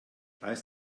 reiß